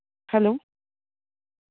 hello